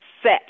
Set